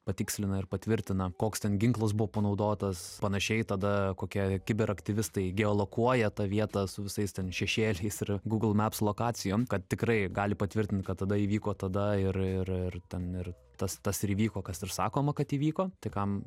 patikslina ir patvirtina koks ten ginklas buvo panaudotas panašiai tada kokia kiberaktyvistai geolokuoja tą vietą su visais ten šešėliais ir gūgl meps lokacijom kad tikrai gali patvirtint kad tada įvyko tada ir ir ir ten ir tas tas ir įvyko kas ir sakoma kad įvyko tai kam